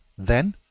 then,